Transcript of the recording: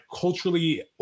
culturally